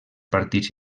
partits